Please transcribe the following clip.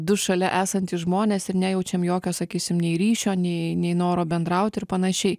du šalia esantys žmonės ir nejaučiam jokio sakysim nei ryšio nei nei noro bendraut ir panašiai